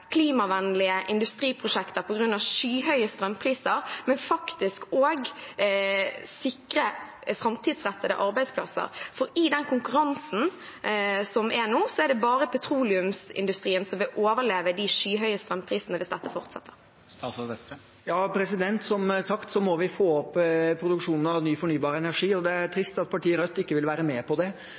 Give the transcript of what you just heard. klimavennlige industriprosjekter på grunn av skyhøye strømpriser, men faktisk sikre framtidsrettede arbeidsplasser. I den konkurransen som er nå, er det bare petroleumsindustrien som vil overleve de skyhøye strømprisene, hvis dette fortsetter. Som sagt må vi få opp produksjonen av ny fornybar energi, og det er trist at partiet Rødt ikke vil være med på det.